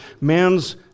man's